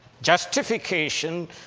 Justification